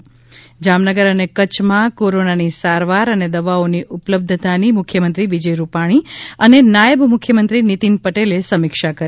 ઃ જામનગર અને કચ્છમાં કોરોનાની સારવાર અને દવાઓની ઉપલબ્ધતાની મુખ્યમંત્રી વિજય રૂપાણી અને નાયબ મુખ્યમંત્રી નીતીન પટેલે સમીક્ષા કરી